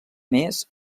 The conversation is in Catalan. més